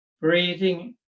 breathing